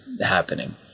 happening